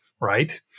right